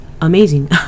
amazing